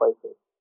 places